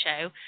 show